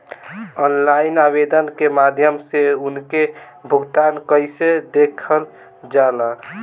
Online आवेदन के माध्यम से उनके भुगतान कैसे देखल जाला?